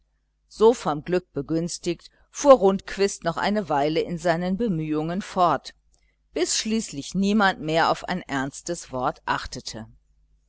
so vom glück begünstigt fuhr rundquist noch eine weile in seinen bemühungen fort bis schließlich niemand mehr auf ein ernstes wort achtete